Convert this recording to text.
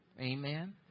amen